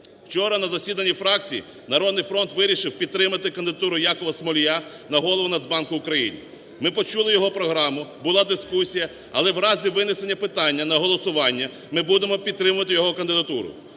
Вчора на засіданні фракції "Народний фронт" вирішив підтримати кандидатуру Якова Смолія на Голову Нацбанку України. Ми почули його програму, була дискусія, але в разі винесення питання на голосування ми будемо підтримувати його кандидатуру.